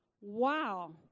Wow